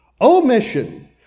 omission